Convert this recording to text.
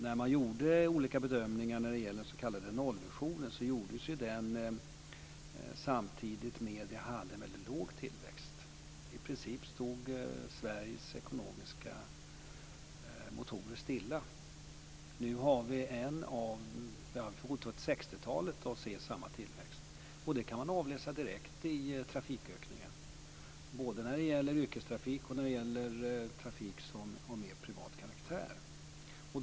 När det gäller den s.k. nollvisionen gjordes ju olika bedömningar samtidigt som vi hade en väldigt låg tillväxt. Sveriges ekonomiska motorer stod i princip stilla. Nu får vi gå tillbaka till 60-talet för att se samma tillväxt som vi har nu. Det kan man avläsa direkt i trafikökningen, både när det gäller yrkestrafik och när det gäller trafik av mer privat karaktär.